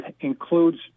includes